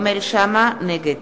נגד